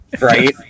right